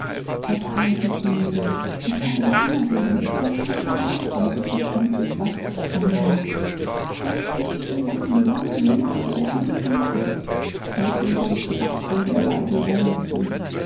erbarme dich meiner ich habe dich immer geliebt erst nach deiner abreise verstand ich was ich verlor erst durch diese langen langen jahre der einsamkeit habe ich den ganzen abgrund der leiden ermessen